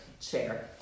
chair